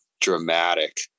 dramatic